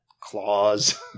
Claws